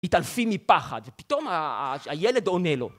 מתעלפים מפחד, ופתאום הילד עונה לו.